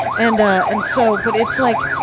and and so but it's like,